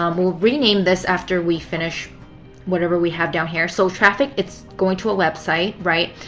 um we'll rename this after we finish whatever we have down here. so traffic, it's going to a website, right?